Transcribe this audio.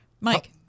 Mike